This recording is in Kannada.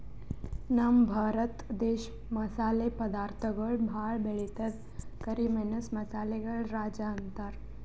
ನಮ್ ಭರತ ದೇಶ್ ಮಸಾಲೆ ಪದಾರ್ಥಗೊಳ್ ಭಾಳ್ ಬೆಳಿತದ್ ಕರಿ ಮೆಣಸ್ ಮಸಾಲೆಗಳ್ ರಾಜ ಅಂತಾರ್